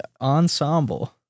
Ensemble